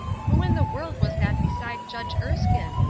who in the world was that beside judge erskine?